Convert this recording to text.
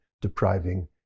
depriving